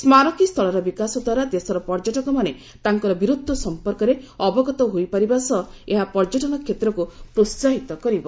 ସ୍କାରକୀ ସ୍ଥଳର ବିକାଶଦ୍ୱାରା ଦେଶର ପର୍ଯ୍ୟଟକମାନେ ତାଙ୍କର ବୀରତ୍ୱ ସମ୍ପର୍କରେ ଅବଗତ ହୋଇପାରିବା ସହିତ ଏହା ପର୍ଯ୍ୟଟନ କ୍ଷେତ୍ରକୁ ପ୍ରୋସାହିତ କରିବ